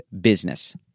BUSINESS